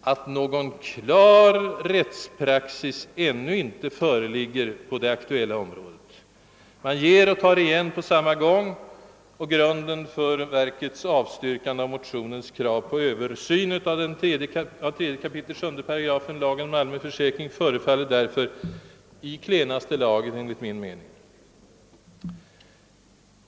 att »någon klar rättspraxis ännu inte föreligger på det aktuella området». Man ger och tar igen på samma gång och grunden för verkets avstyrkande av motionens krav på översyn av 3 kap. 7 § lagen om allmän försäkring förefaller därför enligt min mening vara i klenaste laget.